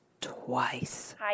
twice